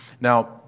Now